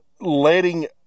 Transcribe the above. letting